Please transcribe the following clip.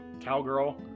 cowgirl